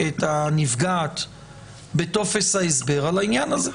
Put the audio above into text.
הנפגעת בטופס ההסבר על העניין הזה.